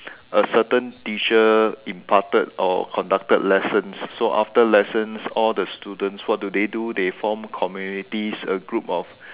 a certain teacher imparted or conducted lessons so after lessons all the students what do they do they form communities a group of